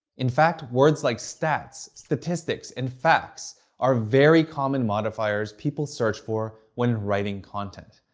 in fact, words like stats, statistics, and facts are very common modifiers people search for when writing content.